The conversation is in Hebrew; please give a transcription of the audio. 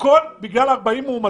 והכול בגלל 40 מאומתים,